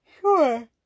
Sure